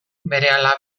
berehala